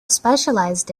specialized